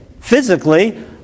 physically